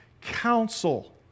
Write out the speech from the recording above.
counsel